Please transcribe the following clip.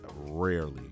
rarely